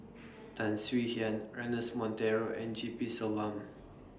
Tan Swie Hian Ernest Monteiro and G P Selvam